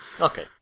Okay